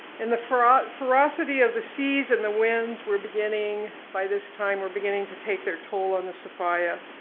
and the ferocity ferocity of the seas and the winds were beginning by this time were beginning to take their toll on the sophia.